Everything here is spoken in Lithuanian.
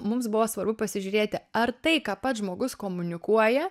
mums buvo svarbu pasižiūrėti ar tai ką pats žmogus komunikuoja